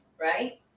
right